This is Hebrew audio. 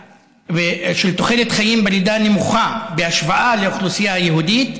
היא נמוכה בהשוואה לאוכלוסייה היהודית.